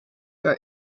are